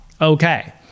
Okay